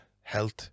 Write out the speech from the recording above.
health